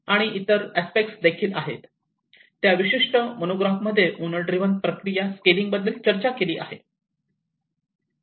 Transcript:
आणि इतर अस्पेक्ट देखील आहेत त्या विशिष्ट मोनोग्राफमध्ये ओनर ड्रीवन प्रक्रिया स्केलिंगबद्दल चर्चा केली गेली आहे